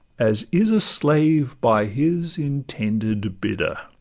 as is a slave by his intended bidder.